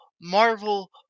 Marvel